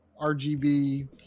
RGB